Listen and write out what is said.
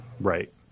right